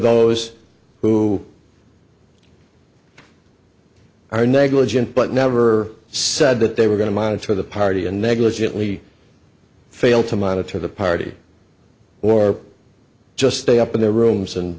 those who are negligent but never said that they were going to monitor the party and negligently fail to monitor the party or just stay up in their rooms and